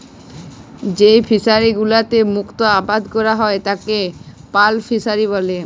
যেই ফিশারি গুলোতে মুক্ত আবাদ ক্যরা হ্যয় তাকে পার্ল ফিসারী ব্যলে